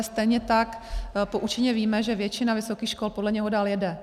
Stejně tak poučeně víme, že většina vysokých škol podle něho dále jede.